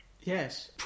Yes